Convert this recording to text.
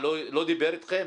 לא דיבר אתכם?